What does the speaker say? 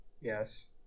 Yes